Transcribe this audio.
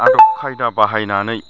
आदब खायदा बाहायनानै